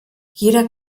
jeder